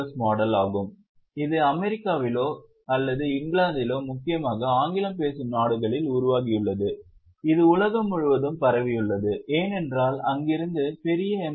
S model ஆகும் இது அமெரிக்காவிலோ அல்லது இங்கிலாந்திலோ முக்கியமாக ஆங்கிலம் பேசும் நாடுகளில் உருவாகியுள்ளது இது உலகம் முழுவதும் பரவியுள்ளது ஏனென்றால் அங்கிருந்து பெரிய எம்